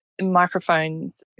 microphones